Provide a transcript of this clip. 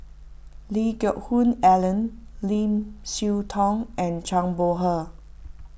Lee Geck Hoon Ellen Lim Siah Tong and Zhang Bohe